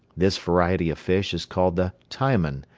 this variety of fish is called the taimen,